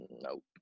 Nope